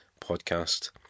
podcast